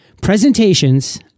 Presentations